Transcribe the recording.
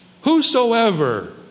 whosoever